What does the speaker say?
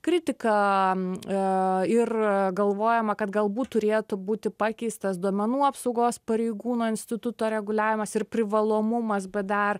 kritiką ir galvojama kad galbūt turėtų būti pakeistas duomenų apsaugos pareigūno instituto reguliavimas ir privalomumas bet dar